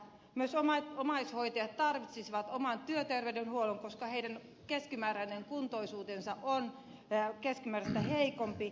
myös omaishoitajat tarvitsisivat oman työterveydenhuollon koska heidän kuntoisuutensa on keskimääräistä heikompi